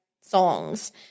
songs